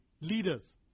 leaders